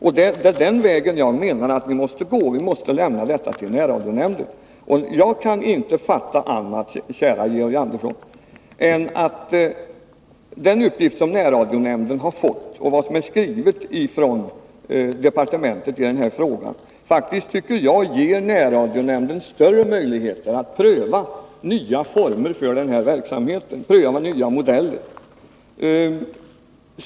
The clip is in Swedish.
Det är den vägen jag menar att vi måste gå. Vi måste lämna detta till närradionämnden. Jag kan inte fatta annat, käre Georg Andersson, än att den uppgift som närradionämnden har fått och det som är skrivet från departementet i frågan faktiskt ger närradionämnden större möjligheter att pröva nya former för denna verksamhet, pröva nya modeller.